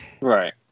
Right